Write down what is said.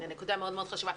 זו נקודה חשובה מאוד.